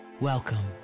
Welcome